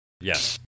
Yes